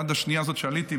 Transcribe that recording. עד השנייה הזאת שעליתי,